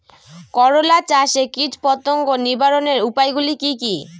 করলা চাষে কীটপতঙ্গ নিবারণের উপায়গুলি কি কী?